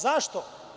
Zašto?